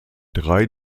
drei